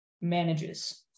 manages